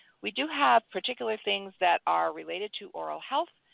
we do have particular things that are related to oral health.